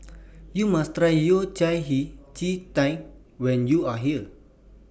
YOU must Try Yao Cai Hei Ji Tang when YOU Are here